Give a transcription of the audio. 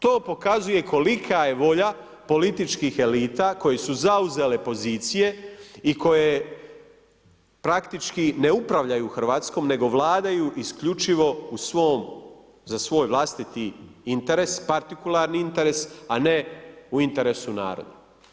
To pokazuje kolika je volja političkih elita koje su zauzele pozicije i koje praktički ne upravljaju Hrvatskom nego vladaju isključivo za svoj vlastiti interes, partikularni interesa a ne u interesu naroda.